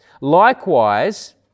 likewise